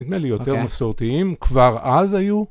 נדמה לי יותר מסורתיים, כבר אז היו.